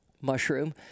mushroom